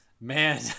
Man